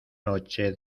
noche